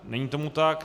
Není tomu tak.